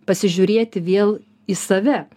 pasižiūrėti vėl į save